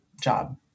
job